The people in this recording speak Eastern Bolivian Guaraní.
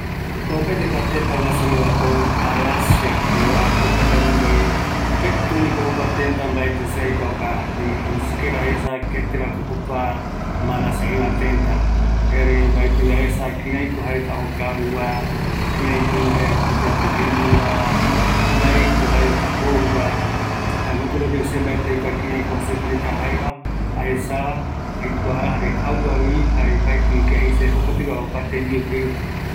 Kua malasia jaevi, ketɨ ndipo jakua tëtä, jare mbaeko jaevaera kïraïko jaereta okaru, jare jembiuva, se aikua jaevaera mbaenunga tembiu ko ikavi yae kua tëtäpe jaevaera aikuaa, aikuaavi kua tëtä ketiguava, omeko aipo jembiuai reata